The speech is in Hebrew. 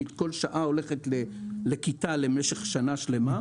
כי כל שעה הולכת לכיתה למשך שנה שלמה.